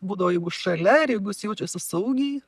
būdavo jeigu šalia ir jeigu jis jaučiasi saugiai